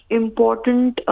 important